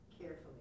carefully